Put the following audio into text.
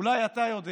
אולי אתה יודע